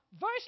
verse